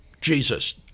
Jesus